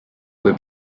kui